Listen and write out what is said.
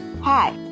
Hi